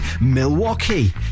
Milwaukee